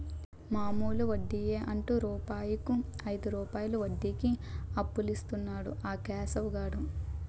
మామూలు వడ్డియే అంటు రూపాయికు ఐదు రూపాయలు వడ్డీకి అప్పులిస్తన్నాడు ఆ కేశవ్ గాడు